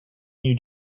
new